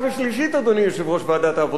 אדוני יושב-ראש ועדת העבודה והרווחה.